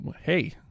Hey